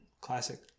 Classic